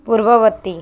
ପୂର୍ବବର୍ତ୍ତୀ